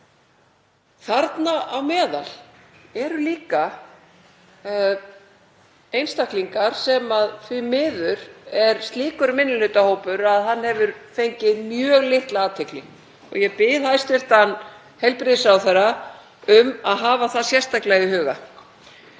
Þarna á meðal eru líka einstaklingar sem því miður er slíkur minnihlutahópur að hann hefur fengið mjög litla athygli og ég bið hæstv. heilbrigðisráðherra um að hafa það sérstaklega í huga.